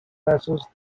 vessels